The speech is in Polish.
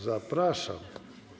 Zapraszam.